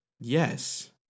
Yes